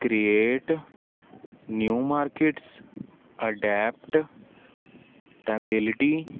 create new markets adaptability